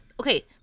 okay